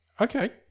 okay